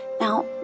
Now